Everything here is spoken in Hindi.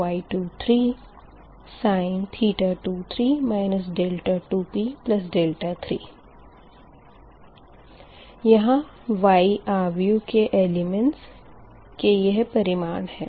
sin 21 2p1 V22sin θ22 V2V3psin 23 2p3 यहाँ Y आव्युह के एलिमेंट्स के यह परिमाण है